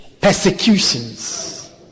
persecutions